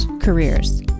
careers